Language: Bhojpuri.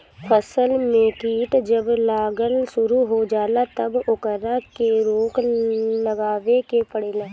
फसल में कीट जब लागल शुरू हो जाला तब ओकरा के रोक लगावे के पड़ेला